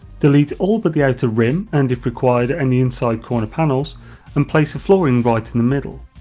delete all but the outer rim and if required any inside corner panels and place a flooring right in the middle,